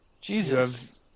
jesus